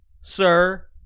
sir